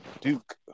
Duke